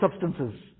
substances